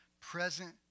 present